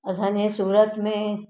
असांजे सूरत में